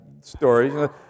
stories